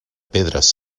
pedres